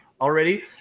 already